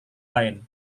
lain